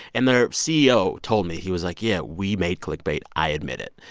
and their ceo told me, he was like, yeah, we made click-bait. i admit it.